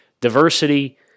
diversity